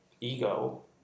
ego